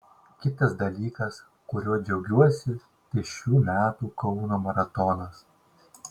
kitas dalykas kuriuo džiaugiuosi tai šių metų kauno maratonas